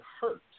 hurt